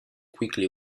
quickly